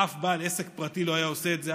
אף בעל עסק פרטי לא היה עושה את זה.